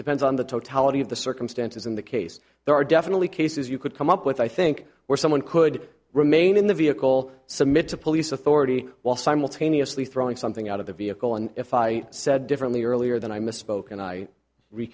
depends on the totality of the circumstances in the case there are definitely cases you could come up with i think where someone could remain in the vehicle submit to police authority while simultaneously throwing something out of the vehicle and if i said differently earlier than i misspoke and i re